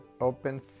open